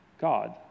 God